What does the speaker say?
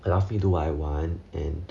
allows me do I want and